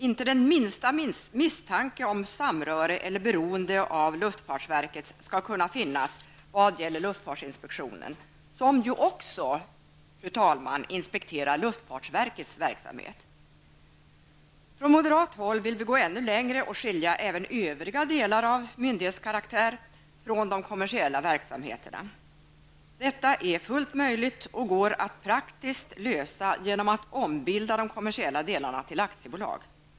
Inte den minsta misstanke om samröre med eller beroende av luftfartsverket skall kunna finnas vad gäller luftfartsinspektionen som ju också inspekterar luftfartsverkets verksamhet. Från moderat håll vill vi gå ännu längre och skilja även övriga delar av myndighetskaraktär från de kommersiella verksamheterna. Detta är fullt möjligt och går att praktiskt lösa genom att ombilda de kommersiella delarna till aktiebolag.